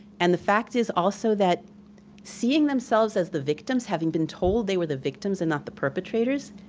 and the fact is also that seeing themselves as the victims, having been told they were the victims and not the perpetrators,